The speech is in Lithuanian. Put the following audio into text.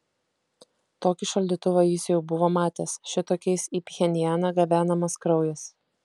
tokį šaldytuvą jis jau buvo matęs šitokiais į pchenjaną gabenamas kraujas